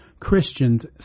Christians